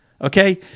okay